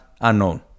unknown